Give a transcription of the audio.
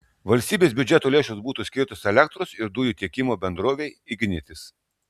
valstybės biudžeto lėšos būtų skirtos elektros ir dujų tiekimo bendrovei ignitis